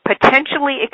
potentially